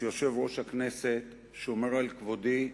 שיושב-ראש הכנסת שומר על כבודי,